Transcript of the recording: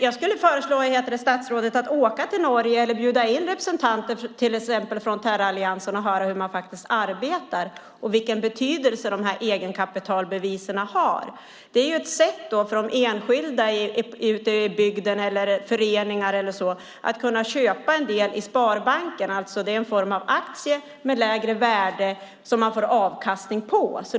Jag skulle föreslå statsrådet att åka till Norge eller bjuda in representanter från till exempel Terraalliansen och höra hur man arbetar och vilken betydelse egenkapitalbevisen har. Det är ett sätt för de enskilda ute i bygden eller föreningar att kunna köpa en del i sparbanken. Det är alltså en form av aktie med lägre värde som man får avkastning på.